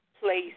place